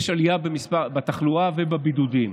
יש עלייה בתחלואה ובבידודים.